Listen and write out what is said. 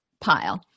pile